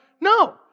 no